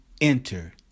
Enter